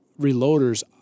reloaders